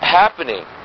happening